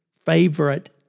favorite